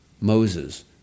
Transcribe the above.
Moses